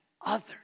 others